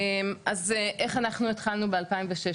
אז איך אנחנו התחלנו ב-2016,